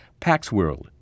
Paxworld